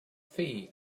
fei